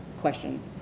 question